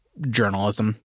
journalism